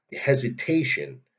hesitation